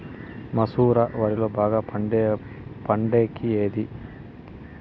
మసూర వరిలో బాగా పండేకి ఏది?